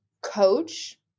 coach